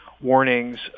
warnings